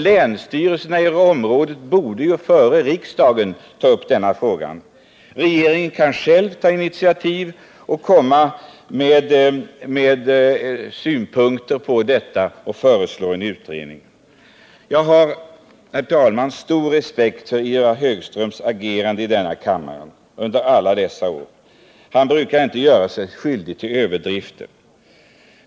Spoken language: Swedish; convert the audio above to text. Länsstyrelserna borde ju före riksdagen ta upp frågan. Regeringen kan själv ta initiativ och anföra synpunkter samt föreslå en utredning. Jag har, herr talman, under alla år haft stor respekt för Ivar Högströms agerande i denna kammare. Han brukar inte göra sig skyldig till överdrifter.